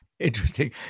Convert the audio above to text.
interesting